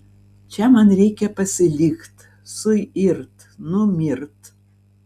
čia man reikia pasilikt suirt numirt